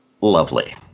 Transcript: lovely